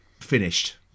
Finished